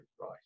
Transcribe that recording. right